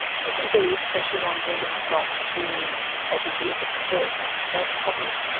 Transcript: do you think there is pressure on women not to admit that they have problems?